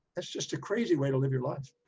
that's just a crazy way to live your life.